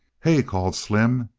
hey, called slim,